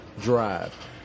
drive